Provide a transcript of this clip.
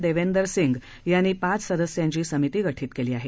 देवेंदर सिंह यांनी पाच सदस्यांची समिती गठीत केली आहे